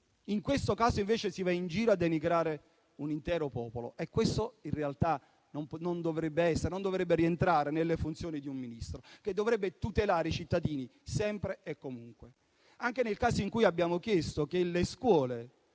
In questo caso, invece, si va in giro a denigrare un intero popolo. Questo, in realtà, non dovrebbe rientrare nelle funzioni di un Ministro, che dovrebbe tutelare i cittadini sempre e comunque. Abbiamo chiesto un finanziamento maggiore per le scuole,